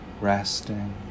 resting